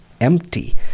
empty